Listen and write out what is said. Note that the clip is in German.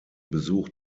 besuch